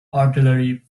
artillery